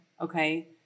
okay